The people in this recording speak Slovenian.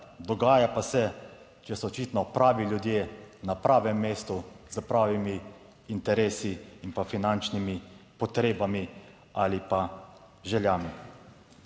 dogaja pa se, če so očitno pravi ljudje na pravem mestu s pravimi interesi in pa finančnimi potrebami ali pa željami.